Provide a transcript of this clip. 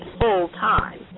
full-time